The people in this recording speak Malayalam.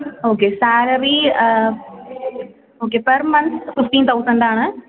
okay salary okay per month fifteen തൗസന്റാണ്